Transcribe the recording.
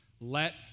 Let